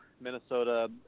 Minnesota